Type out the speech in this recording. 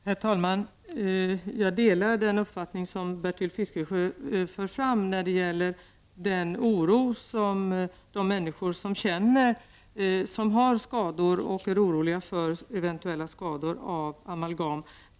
Herr talman! Jag delar den uppfattning som Bertil Fiskesjö för fram när det gäller de människor som har skador och de som är oroliga för eventuella skador på grund av amalgam.